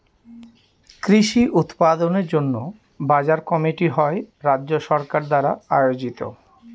কৃষি উৎপাদনের জন্য বাজার কমিটি হয় রাজ্য সরকার দ্বারা আয়োজিত